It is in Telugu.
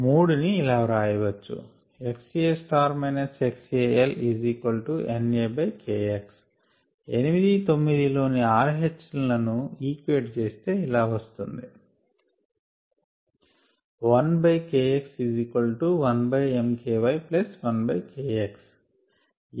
ని ఇలా వ్రాయవచ్చు xA xAL NAKx and లోని RHS లను ఈక్వెట్ చేస్తే ఇలా వస్తుంది Equating the RHS s of and we get 1Kx1mky 1kx